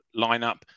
lineup